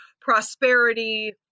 prosperity